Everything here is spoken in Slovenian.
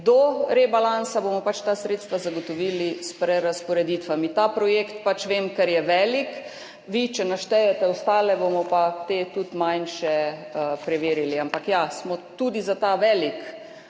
Do rebalansa bomo pač ta sredstva zagotovili s prerazporeditvami. Za ta projekt pač vem, ker je velik, vi, če naštejete ostale, bomo pa tudi manjše preverili. Ampak ja, smo tudi za ta veliki